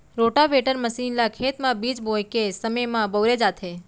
rotavator machine ल खेत म बीज बोए के समे म बउरे जाथे